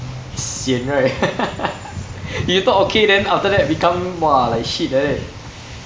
sian right you thought okay then after that become !wah! like shit like that